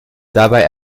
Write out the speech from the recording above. dabei